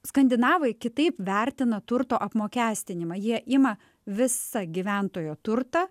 skandinavai kitaip vertina turto apmokestinimą jie ima visą gyventojo turtą